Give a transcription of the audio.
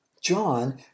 John